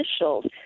officials